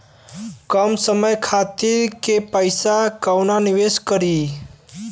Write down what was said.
कम समय खातिर के पैसा कहवा निवेश करि?